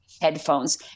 headphones